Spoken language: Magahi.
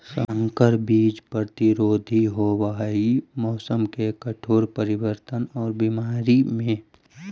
संकर बीज प्रतिरोधी होव हई मौसम के कठोर परिवर्तन और बीमारी में